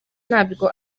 ntabwo